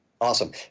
Awesome